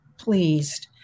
pleased